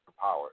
power